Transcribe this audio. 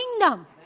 kingdom